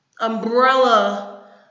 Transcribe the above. umbrella